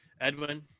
Edwin